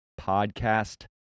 Podcast